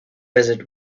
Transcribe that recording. bassett